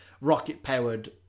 rocket-powered